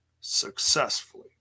successfully